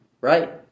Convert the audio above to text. right